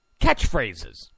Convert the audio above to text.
catchphrases